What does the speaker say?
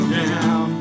down